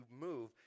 move